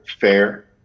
fair